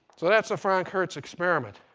so that's the franck, hertz experiment.